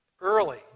early